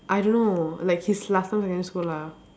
I don't know like his last time secondary school lah